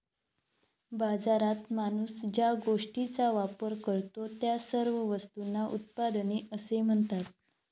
बाजारात माणूस ज्या गोष्टींचा वापर करतो, त्या सर्व वस्तूंना उत्पादने असे म्हणतात